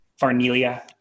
farnelia